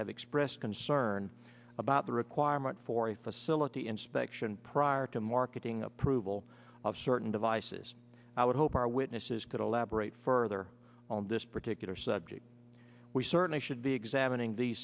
have expressed concern about the requirement for a facility inspection prior to marketing approval of certain devices i would hope our witnesses could elaborate further on this particular subject we certainly should be examining